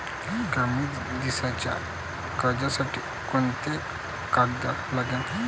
कमी दिसाच्या कर्जासाठी कोंते कागद लागन?